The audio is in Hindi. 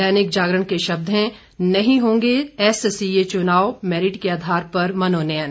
दैनिक जागरण के शब्द हैं नहीं होंगे एससीए चुनाव मैरिट के आधार पर मनोनयन